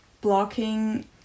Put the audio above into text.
blocking